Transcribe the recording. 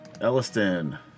Elliston